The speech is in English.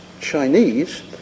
Chinese